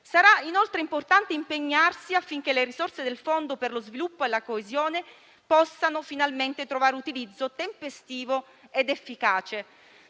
Sarà importante impegnarsi, inoltre, affinché le risorse del Fondo per lo sviluppo e la coesione possano finalmente trovare utilizzo tempestivo ed efficace.